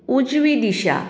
उजवी दिशा